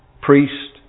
priest